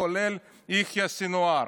כולל יחיא סנוואר.